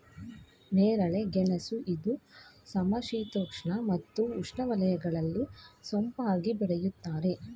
ನೇರಳೆ ಗೆಣಸು ಇದು ಸಮಶೀತೋಷ್ಣ ಮತ್ತು ಉಷ್ಣವಲಯಗಳಲ್ಲಿ ಸೊಂಪಾಗಿ ಬೆಳೆಯುತ್ತದೆ